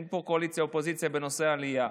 אין פה קואליציה אופוזיציה בנושא העלייה.